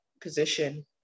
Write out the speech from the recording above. position